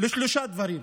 לשלושה דברים: